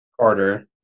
Carter